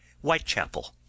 Whitechapel